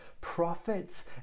prophets